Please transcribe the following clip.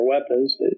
weapons